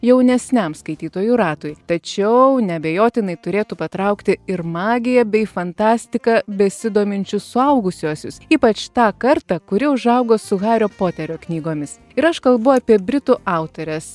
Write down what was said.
jaunesniam skaitytojų ratui tačiau neabejotinai turėtų patraukti ir magija bei fantastika besidominčius suaugusiuosius ypač tą kartą kuri užaugo su hario poterio knygomis ir aš kalbu apie britų autorės